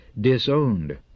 Disowned